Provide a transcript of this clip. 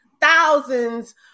Thousands